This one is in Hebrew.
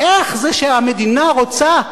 איך זה שהמדינה רוצה,